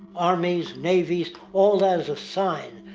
armies, navies, all that is a sign,